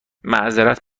معظرت